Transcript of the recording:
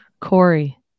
Corey